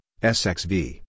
SXV